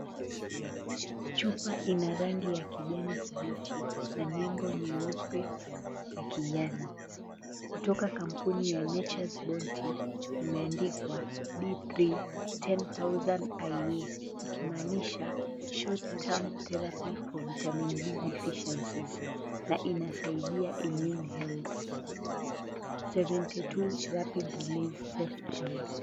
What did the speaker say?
Chupa ina rangi ya kijani kibichi na nembo nyeupe ya kijani. Kutoka kampuni ya Nature's Bounty, imeandikwa, D3 10,000 IU, ikimaanisha Short term therapy for vitamin D deficiencies na inasaidia Immune Health 72 rapid release softgels .